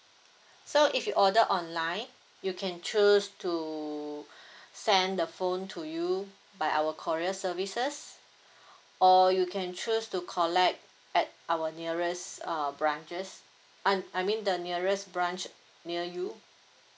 so if you order online you can choose to send the phone to you by our courier services or you can choose to collect at our nearest err branches I I mean the nearest branch near you